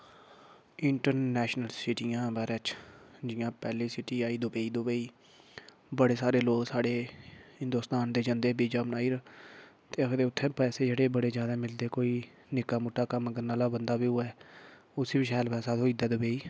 international सीटियें दे बारे च जि'यां पैह्ली सिटी आई दुबेई दुबेई बड़े सारे लोक साढ़े हिंदोस्तान दे जंदे बीजा बनाइयै ते आखदे उत्थै पैसे जेह्ड़े बड़े जैदा मिलदे कोई निक्का मुट्टा कम्म करन आह्ला बंदा बी होऐ उसी बी शैल पैसा थ्होई जंदा दुबेई